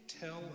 tell